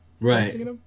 Right